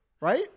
Right